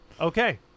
Okay